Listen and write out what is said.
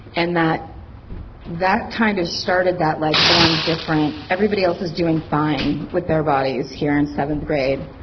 and that that kind of started that, like oh i'm different. everybody else is doing fine with their bodies, here in seventh grade.